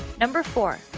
number four,